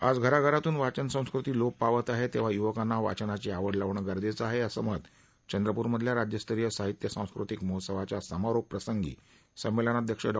आज घराघरातून वाचन संस्कृती लोप पावत आहे तेव्हा युवकांना वाचनाची आवड लावणं गरजेचं आहे असं मत चंद्रप्रमधल्या राज्यस्तरीय साहित्य सांस्कृतिक महोत्सवाच्या समारोप प्रसंगी संमेलनाध्यक्ष डॉ